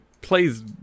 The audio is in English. plays